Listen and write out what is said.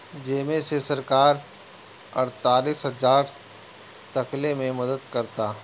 जेमे से सरकार अड़तालीस हजार तकले के मदद करता